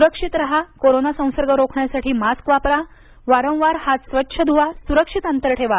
सुरक्षित राहा आणि कोरोना संसर्ग रोखण्यासाठी मास्क वापरा हात वारंवार स्वच्छ धुवा सुरक्षित अंतर ठेवा